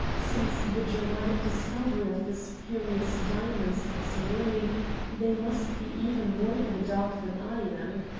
since the dramatic discovery of the spurious diamonds this morning they must be even more in the dark than i am.